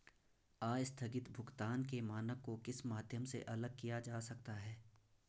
आस्थगित भुगतान के मानक को किस माध्यम से अलग किया जा सकता है?